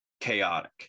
chaotic